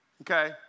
okay